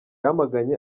yamaganye